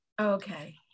Okay